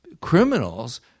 criminals